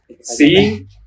seeing